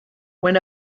when